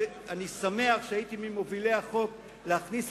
ואני שמח שהייתי ממובילי החוק להכניס